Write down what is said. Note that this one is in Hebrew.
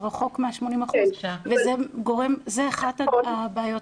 זה רחוק מה-80% וזו אחת מהבעיות.